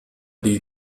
die